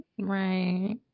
Right